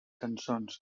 cançons